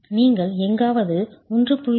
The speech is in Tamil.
நீங்கள் எங்காவது 1